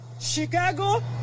Chicago